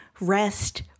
rest